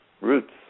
roots